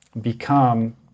become